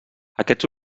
aquests